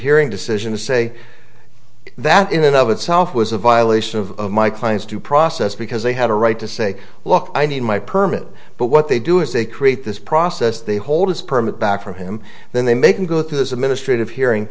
hearing decision to say that in and of itself was a violation of my client's due process because they had a right to say look i need my permit but what they do is they create this process they hold us permit back for him then they make him go through this administrative hearing